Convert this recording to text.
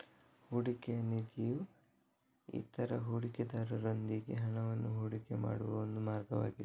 ಹೂಡಿಕೆಯ ನಿಧಿಯು ಇತರ ಹೂಡಿಕೆದಾರರೊಂದಿಗೆ ಹಣವನ್ನು ಹೂಡಿಕೆ ಮಾಡುವ ಒಂದು ಮಾರ್ಗವಾಗಿದೆ